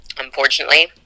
unfortunately